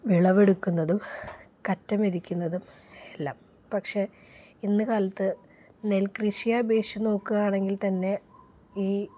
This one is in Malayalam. വിളവെടുക്കുന്നതും കറ്റമെതിക്കുന്നതും എല്ലാം പക്ഷെ ഇന്നുകാലത്ത് നെൽക്കൃഷിയെ അപേക്ഷിച്ച് നോക്കുകയാണെങ്കിൽ തന്നെ ഈ